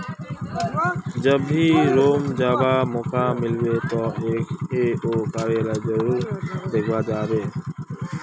जब भी रोम जावा मौका मिलबे तो एफ ए ओ कार्यालय जरूर देखवा जा बो